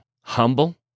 humble